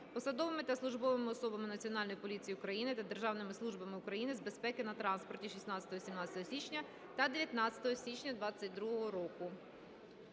посадовими та службовими особами Національної поліції України та Державної служби України з безпеки на транспорті 16 - 17 січня та 19 січня 2022 року.